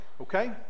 okay